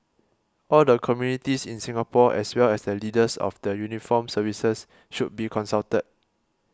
all the communities in Singapore as well as the leaders of the uniformed services should be consulted